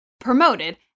promoted